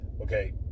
okay